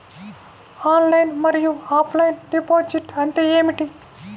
Online మరియు offline deposit అంటే ఏమిటి?